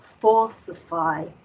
falsify